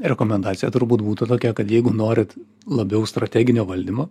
rekomendacija turbūt būtų tokia kad jeigu norit labiau strateginio valdymo